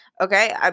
okay